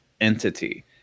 entity